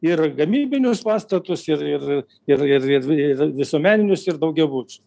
ir gamybinius pastatus ir ir ir ir ir ir visuomeninius ir daugiabučiu